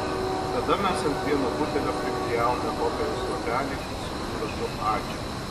tada mes ant vieno butelio priklijavome popieriaus lapelį su užrašu ačiū